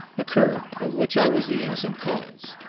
occurred, of which i was the innocent cause.